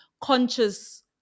conscious